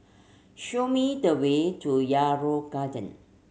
show me the way to Yarrow Garden